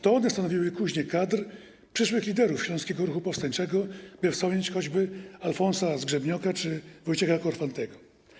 To one stanowiły kuźnię kadr, przyszłych liderów śląskiego ruchu powstańczego, by wspomnieć choćby Alfonsa Zgrzebnioka czy Wojciecha Korfantego.